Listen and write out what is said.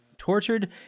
tortured